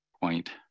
point